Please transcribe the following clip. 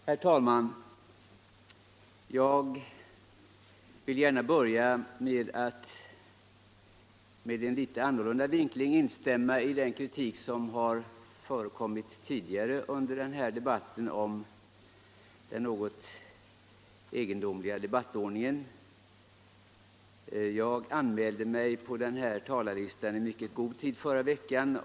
Herr talman! Jag vill gärna börja med att med en annan vinkling instämma i den kritik som tidigare under den här debatten har riktats mot den något egendomliga debattordningen. I mycket god tid förra veckan anmälde jag mig på talarlistan.